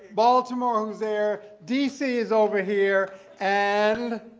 baltimore, who's there. d c. is over here. and